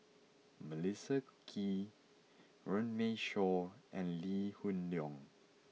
Melissa Kwee Runme Shaw and Lee Hoon Leong